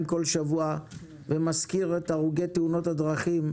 כל שבוע ומזכיר את הרוגי תאונות הדרכים.